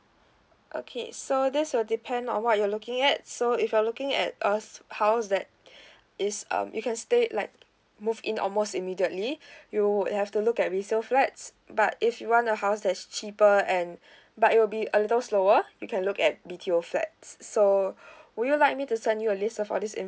okay so that's will depend on what you're looking at so if you're looking at a house that is um you can stay it like move in almost immediately you would have to look at resale flats but if you want a house that's cheaper and but it will be a little slower you can look at B_T_O flats so would you like me to send you a list of all this